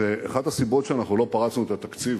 ואחת הסיבות שאנחנו לא פרצנו את התקציב,